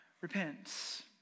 repents